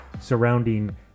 surrounding